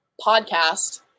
podcast